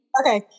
Okay